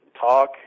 talk